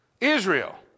Israel